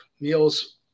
meals